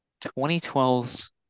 2012's